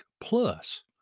Plus